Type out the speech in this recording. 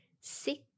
six